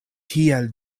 tiel